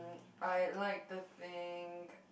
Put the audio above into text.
I like to think